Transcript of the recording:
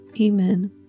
amen